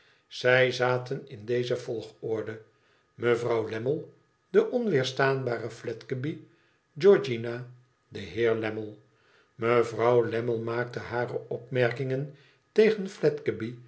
zij zaten in deze volgorde mevrouw lammie de onweerstaanbare fledgeby georgiana de heer lammie mevrouw lammie maakte hare opmerkingen tegen